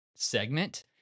segment